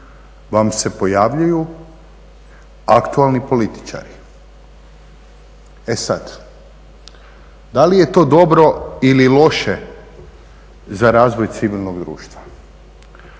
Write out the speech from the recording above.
vam se pojavljuju aktualni političari. E sad, da li je to dobro ili loše za razvoj civilnog društva?